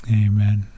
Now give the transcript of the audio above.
Amen